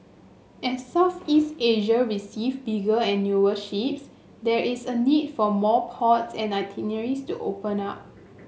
as Southeast Asia receive bigger and newer ships there is a need for more ports and itineraries to open up